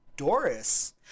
Doris